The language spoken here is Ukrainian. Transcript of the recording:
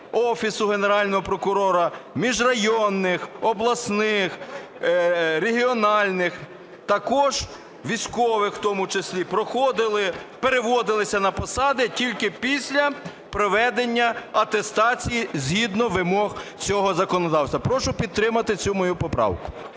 Офісу Генерального прокурора, міжрайонних, обласних, регіональних також, військових в тому числі, проходили, переводилися на посади тільки після проведення атестації згідно вимог цього законодавства. Прошу підтримати цю мою поправку.